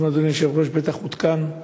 אתמול, אדוני היושב-ראש בטח עודכן,